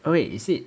oh wait is it